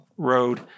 Road